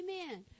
Amen